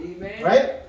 right